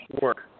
work